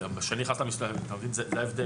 זה ההבדל.